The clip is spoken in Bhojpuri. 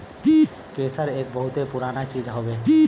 केसर एक बहुते पुराना चीज हउवे